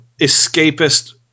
escapist